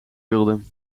wilde